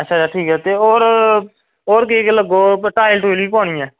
अच्छा ठीक ऐ होर होर केह् केह् लग्गग टाईल बी पोआनी ऐ